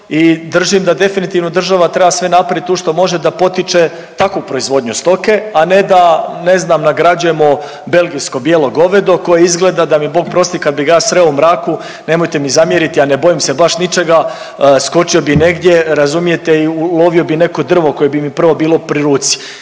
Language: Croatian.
i držim da definitivno država treba sve napravit tu što može da potiče takvu proizvodnju stoke, a ne da ne znam nagrađujemo belgijsko bijelo govedo koje izgleda da mi Bog prosti kad bi ga ja sreo u mraku nemojte mi zamjeriti, a ne bojim se baš ničega, skočio bi negdje razumijete i ulovio bi neko drvo koje bi mi prvo bilo pri ruci